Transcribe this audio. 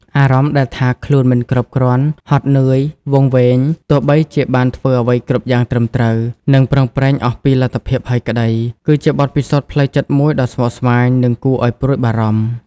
អារម្មណ៍ដែលថា ខ្លួនមិនគ្រប់គ្រាន់ ហត់នឿយ វង្វេង ទោះបីជាបានធ្វើអ្វីគ្រប់យ៉ាងត្រឹមត្រូវ និងប្រឹងប្រែងអស់ពីលទ្ធភាពហើយក្តី គឺជាបទពិសោធន៍ផ្លូវចិត្តមួយដ៏ស្មុគស្មាញ និងគួរឲ្យព្រួយបារម្ភ។